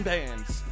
Bands